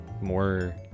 more